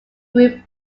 group